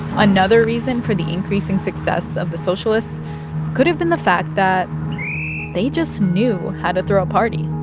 another reason for the increasing success of the socialists could have been the fact that they just knew how to throw a party